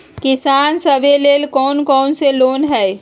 किसान सवे लेल कौन कौन से लोने हई?